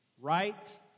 right